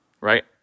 right